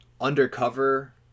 undercover